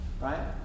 right